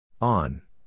On